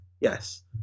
yes